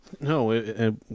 No